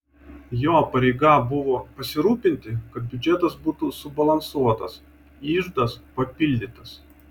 jo pareiga buvo pasirūpinti kad biudžetas būtų subalansuotas iždas papildytas